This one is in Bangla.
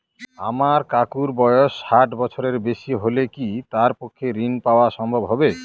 আমার কাকুর বয়স ষাট বছরের বেশি হলে কি তার পক্ষে ঋণ পাওয়া সম্ভব হবে?